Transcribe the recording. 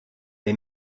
les